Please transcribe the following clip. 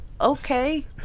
okay